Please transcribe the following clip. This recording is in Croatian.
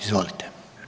Izvolite.